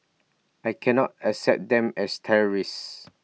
I cannot accept them as terrorists